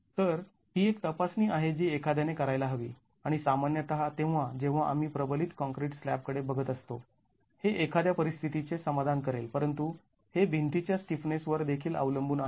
तर ही एक तपासणी आहे जी एखाद्याने करायला हवी आणि सामान्यतः तेव्हा जेव्हा आम्ही प्रबलित काँक्रिट स्लॅबकडे बघत असतो हे एखाद्या परिस्थितीचे समाधान करेल परंतु हे भिंती च्या स्टिफनेस वर देखील अवलंबून आहे